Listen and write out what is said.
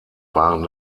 waren